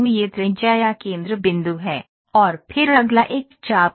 यह त्रिज्या या केंद्र बिंदु है और फिर अगला एक चाप है